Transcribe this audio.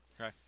Okay